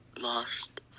lost